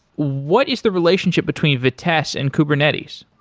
what is the relationship between vitess and kubernetes?